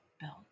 built